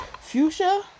fuchsia